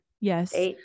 Yes